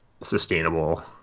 sustainable